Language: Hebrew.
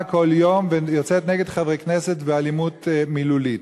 וכל יום ויוצאת נגד חברי כנסת באלימות מילולית.